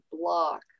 block